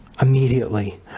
Immediately